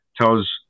tells